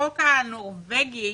החוק הנורווגי,